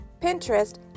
Pinterest